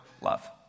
love